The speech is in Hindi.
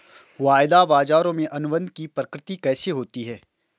वायदा बाजारों में अनुबंध की प्रकृति कैसी होती है?